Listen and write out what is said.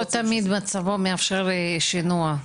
לא תמיד מצבו מאפשר שינוע.